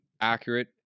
Accurate